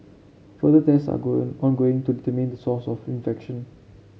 further test are going ongoing to determine the source of infection